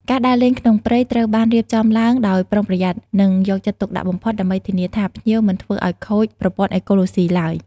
ការដើរលេងក្នុងព្រៃត្រូវបានរៀបចំឡើងដោយប្រុងប្រយ័ត្ន និងយកចិត្តទុកដាក់បំផុតដើម្បីធានាថាភ្ញៀវមិនធ្វើឱ្យខូច ប្រព័ន្ធអេកូឡូស៊ី ឡើយ។